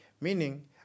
Meaning